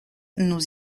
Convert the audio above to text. nous